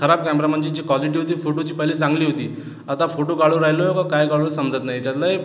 खराब कॅमेरा म्हणजे जी कॉलिटी होती फोटोची पहिले चांगली होती आता फोटो काढून राहिलो का काय काढू समजत नाही याच्यातला